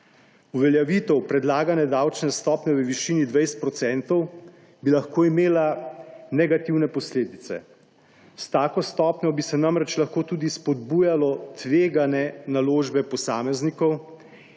Uveljavitev predlagane davčne stopnje v višini 20 % bi lahko imela negativne posledice. S tako stopnjo bi se namreč lahko tudi spodbujalo tvegane naložbe posameznikov